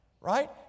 right